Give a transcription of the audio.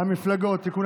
המפלגות (תיקון,